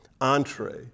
entree